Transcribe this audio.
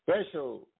special